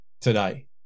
today